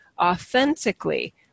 authentically